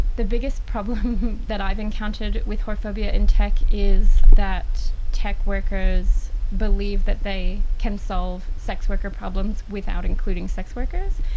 the biggest problem from that i've encountered with whorephobia in tech is that tech workers believe that they can solve sex worker problems without including sex workers.